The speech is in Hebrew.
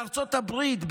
בארצות הברית,